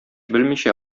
белмичә